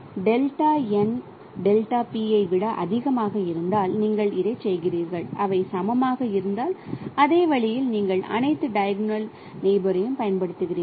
ஐ விட அதிகமாக இருந்தால் நீங்கள் இதைச் செய்கிறீர்கள் அவை சமமாக இருந்தால் அதே வழியில் நீங்கள் அனைத்து டைகோனல் நெயிபோர்யும் பயன்படுத்துகிறீர்கள்